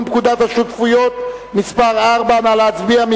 פקודת השותפויות (מס' 4). נא להצביע,